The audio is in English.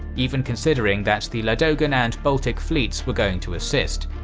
even considering that the ladogan and baltic fleets were going to assist.